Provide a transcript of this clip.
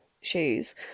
shoes